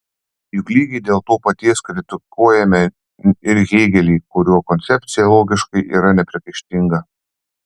juk lygiai dėl to paties kritikuojame ir hėgelį kurio koncepcija logiškai yra nepriekaištinga